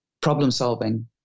problem-solving